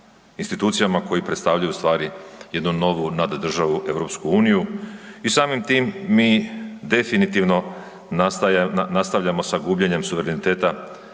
institucijama koje predstavljaju ustvari jednu novu naddržavu EU i samim time mi definitivno nastavljamo sa gubljenjem suvereniteta